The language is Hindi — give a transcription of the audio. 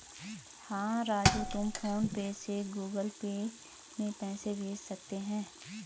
हां राजू तुम फ़ोन पे से गुगल पे में पैसे भेज सकते हैं